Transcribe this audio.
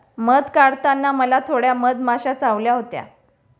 मध काढताना मला थोड्या मधमाश्या चावल्या होत्या